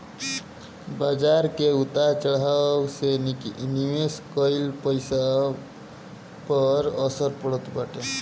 बाजार के उतार चढ़ाव से निवेश कईल पईसा पअ असर पड़त बाटे